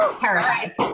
terrified